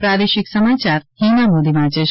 પ્રાદેશિક સમાયાર હિના મોદી વાંચે છે